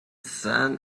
sand